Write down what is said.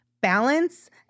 Balance